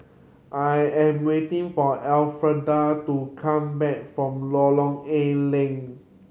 I am waiting for Elfreda to come back from Lorong A Leng